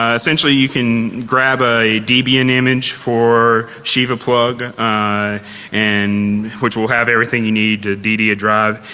ah essentially you can grab a db and image for shiva plug and which will have everything you need to dd a drive.